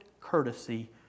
courtesy